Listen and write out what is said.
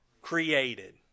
Created